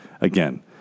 again